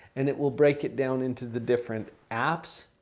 and it will break it down into the different apps.